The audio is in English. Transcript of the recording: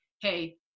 Hey